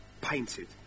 painted